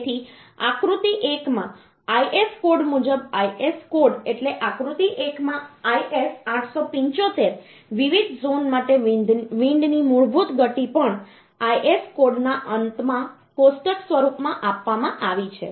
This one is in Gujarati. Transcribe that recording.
તેથી આકૃતિ આકૃતિ 1 માં IS કોડ મુજબ IS કોડ એટલે આકૃતિ 1 માં IS 875 વિવિધ ઝોન માટે વિન્ડ ની મૂળભૂત ગતિ પણ IS કોડના અંતમાં કોષ્ટક સ્વરૂપમાં આપવામાં આવી છે